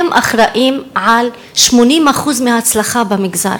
הם אחראים ל-90% מההצלחה במגזר,